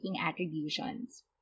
attributions